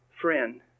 friend